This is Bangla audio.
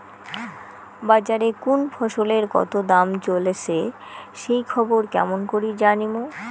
বাজারে কুন ফসলের কতো দাম চলেসে সেই খবর কেমন করি জানীমু?